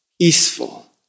Peaceful